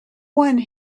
one